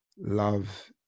love